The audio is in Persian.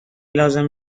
لازم